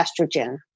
estrogen